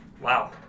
Wow